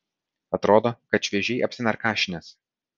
atrodo kad šviežiai apsinarkašinęs